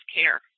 care